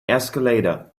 escalator